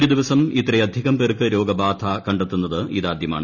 ഒരു ദിവസം ഇത്രയധികം പേർക്ക് രോഗബാധ കണ്ടെത്തുന്നത് ഇതാദ്യമാണ്